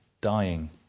dying